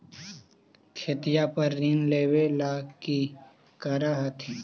खेतिया पर ऋण लेबे ला की कर हखिन?